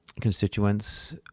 constituents